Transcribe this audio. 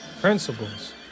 principles